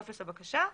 טופס הבקשה,